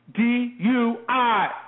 DUI